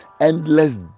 endless